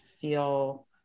feel